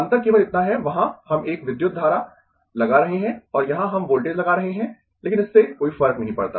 अंतर केवल इतना है वहां हम एक विद्युत धारा लगा रहे है और यहां हम वोल्टेज लगा रहे है लेकिन इससे कोई फर्क नहीं पड़ता